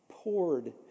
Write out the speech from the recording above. poured